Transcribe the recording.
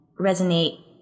resonate